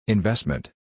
Investment